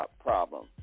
problem